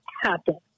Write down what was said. happen